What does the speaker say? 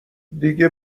دیگه